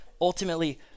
ultimately